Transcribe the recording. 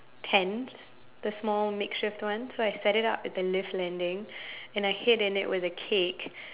tent the small makeshift one so I set it up at the lift landing and I hid in it with a cake